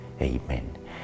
Amen